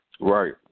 Right